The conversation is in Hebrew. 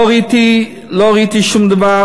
לא ראיתי שום דבר